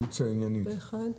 הצבעה אושר פה אחד.